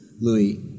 Louis